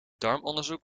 darmonderzoek